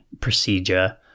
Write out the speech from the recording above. procedure